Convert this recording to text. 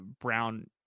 brown